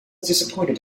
disappointed